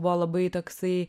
buvo labai toksai